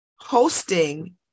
hosting